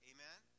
Amen